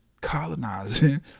colonizing